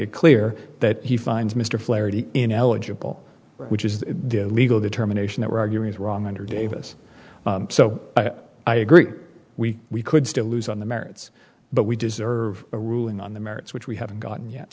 it clear that he finds mr flaherty ineligible which is the legal determination that we're arguing is wrong under davis so i agree we could still lose on the merits but we deserve a ruling on the merits which we haven't gotten yet